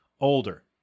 older